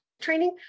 training